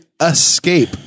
escape